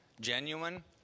Genuine